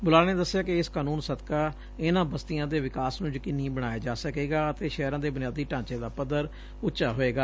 ਬੁਲਾਰੇ ਨੇ ਦਸਿਆ ਕਿ ਇਸ ਕਾਨੂੰਨ ਸਦਕਾ ਇਨਾਂ ਬਸਤੀਆਂ ਦੇ ਵਿਕਾਸ ਨੂੰ ਯਕੀਨੀ ਬਣਾਇਆ ਜਾ ਸਕੇਗਾ ਅਤੇ ਸ਼ਹਿਰਾਂ ਦੇ ਬੁਨਿਆਦੀ ਢਾਂਚੇ ਦਾ ਪੱਧਰ ਉੱਚਾ ਹੋਏਗਾ